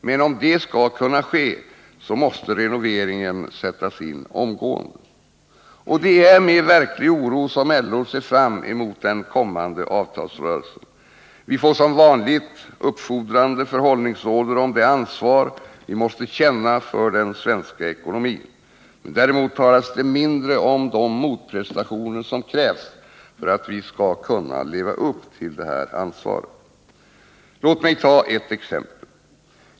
Men om det skall kunna ske måste renoveringen sättas in omgående. Det är med verklig oro som LO ser fram emot den kommande avtalsrörelsen. Vi får som vanligt uppfordrande förhållningsorder om det ansvar vi måste känna för den svenska ekonomin. Däremot talas det mindre om de motprestationer som krävs för att vi skall kunna leva upp till detta ansvar. Låt mig ta ett exempel.